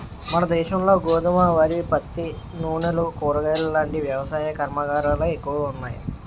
మనదేశంలో గోధుమ, వరి, పత్తి, నూనెలు, కూరగాయలాంటి వ్యవసాయ కర్మాగారాలే ఎక్కువగా ఉన్నాయి